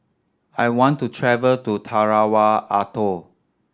I want to travel to Tarawa Atoll